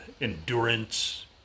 endurance